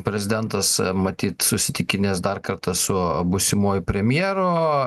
prezidentas matyt susitikinės dar kartą su būsimuoju premjeru